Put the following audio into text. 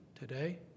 today